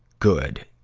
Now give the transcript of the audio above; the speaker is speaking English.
good,